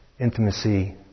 intimacy